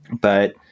But-